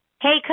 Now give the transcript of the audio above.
Hey